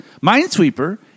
Minesweeper